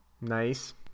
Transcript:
Nice